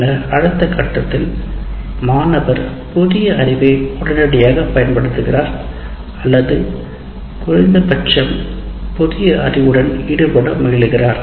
பின்னர் அடுத்த கட்டத்தில் மாணவர் புதிய அறிவை உடனடியாக பயன்படுத்துகிறார் அல்லது குறைந்தபட்சம் புதிய அறிவுடன் ஈடுபட முயலுகிறார்